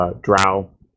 drow